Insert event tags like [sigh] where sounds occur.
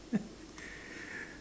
[laughs]